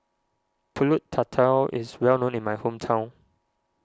Pulut Tatal is well known in my hometown